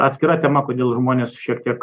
atskira tema kodėl žmonės šiek tiek